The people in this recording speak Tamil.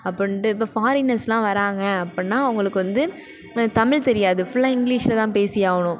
அப்புடின்ட்டு இப்போ ஃபாரினர்ஸ்லாம் வராங்க அப்புடின்னா அவங்களுக்கு வந்து தமிழ் தெரியாது ஃபுல்லாக இங்கிலிஷ்ல தான் பேசியாகணும்